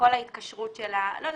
לא יודעת,